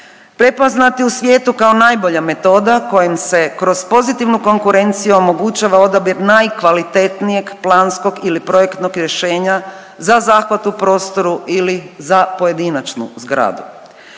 prepoznati u svijetu kao najbolja metoda kojim se kroz pozitivnu konkurenciju omogućava odabir najkvalitetnijeg planskog ili projektnog rješenja za zahvat u prostoru ili za pojedinačnu zgradu.